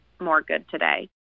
moregoodtoday